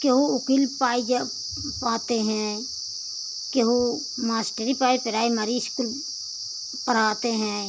केहु वकील उकील पर जा पाते हैं केहु मास्टरी पाए पेराइमरी इस्कूल पढ़ाते हैं